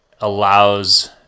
allows